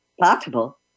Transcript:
possible